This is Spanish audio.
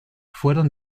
fueron